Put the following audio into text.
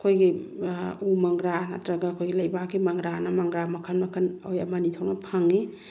ꯑꯩꯈꯣꯏꯒꯤ ꯎ ꯃꯪꯒ꯭ꯔꯥ ꯅꯠꯇ꯭ꯔꯒ ꯑꯩꯈꯣꯏꯒꯤ ꯂꯩꯕꯥꯛꯀꯤ ꯃꯩꯒ꯭ꯔꯥ ꯑꯅ ꯃꯪꯒ꯭ꯔꯥ ꯃꯈꯜ ꯃꯈꯜ ꯑꯩꯈꯣꯏ ꯑꯃ ꯑꯅꯤ ꯊꯣꯛꯅ ꯐꯪꯉꯤ